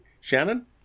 Shannon